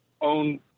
own